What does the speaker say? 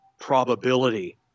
probability